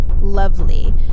lovely